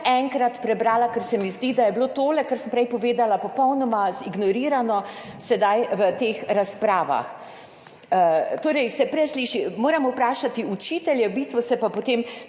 enkrat prebrala, ker se mi zdi, da je bilo tole, kar sem prej povedala, popolnoma ignorirano sedaj v teh razpravah. Torej se presliši. Moram vprašati učitelje, v bistvu se pa potem